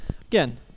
again